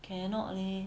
cannot leh